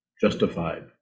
Justified